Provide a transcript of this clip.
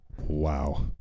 Wow